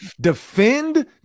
defend